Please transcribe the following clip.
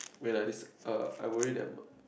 wait ah this er I worry that